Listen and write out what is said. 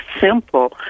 simple